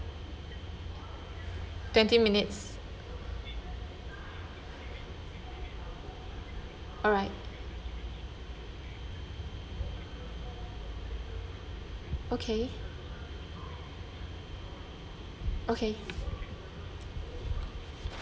twenty minutes alright okay okay